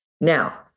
Now